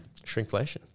Shrinkflation